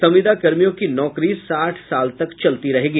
संविदा कर्मियों की नौकरी साठ साल तक चलती रहेगी